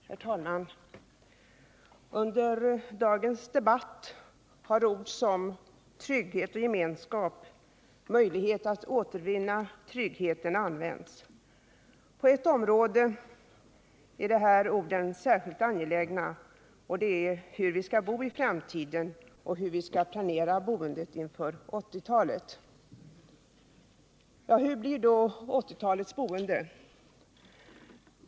Herr talman! Under dagens debatt har ord som trygghet, gemenskap och möjlighet att återvinna tryggheten använts. På ett område är dessa ord särskilt angelägna, nämligen i fråga om hur vi skall bo i framtiden och hur vi skall planera boendet inför 1980-talet. Hur blir då 1980-talets boende?